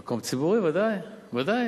מקום ציבורי, ודאי, ודאי.